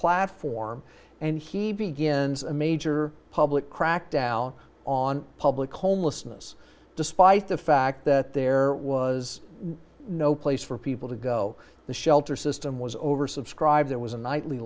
platform and he begins a major public crackdown on public homelessness despite the fact that there was no place for people to go the shelter system was oversubscribed there was a nightly